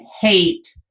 hate